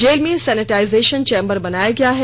jail में sanitization chamber बनाया गया है